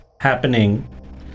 happening